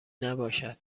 نباشد